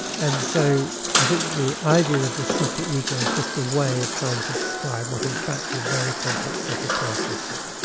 and so i think the idea of the super ego is just a way of trying to describe what in fact are a very complex set of processes.